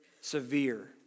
severe